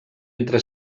entre